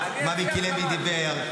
מה מיקי לוי דיבר,